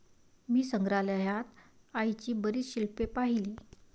मी संग्रहालयात आईची बरीच शिल्पे पाहिली